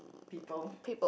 people